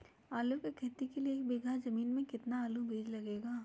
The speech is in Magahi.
आलू की खेती के लिए एक बीघा जमीन में कितना आलू का बीज लगेगा?